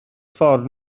ffordd